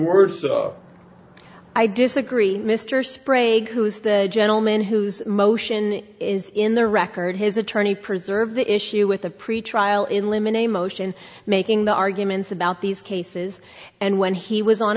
worse i disagree mr sprague who is the gentleman whose motion is in the record his attorney preserve the issue with the pretrial in limon a motion making the arguments about these cases and when he was on